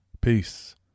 Peace